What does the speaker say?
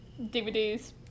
DVDs